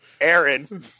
aaron